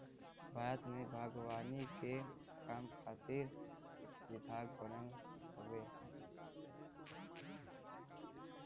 भारत में बागवानी के काम खातिर सरकारी विभाग बनल हउवे